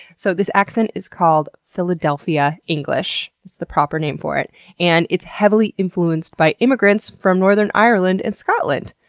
so this accent is called philadelphia english that's the proper name for it and it's heavily influenced by immigrants from northern ireland and scotland.